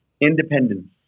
Independence